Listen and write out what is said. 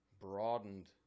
broadened